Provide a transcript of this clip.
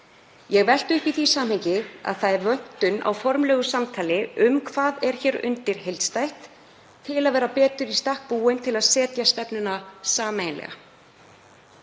Ég velti upp í því samhengi að það er vöntun á formlegu samtali um hvað er hér undir heildstætt til að vera betur í stakk búin til að setja stefnuna sameiginlega.